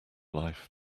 life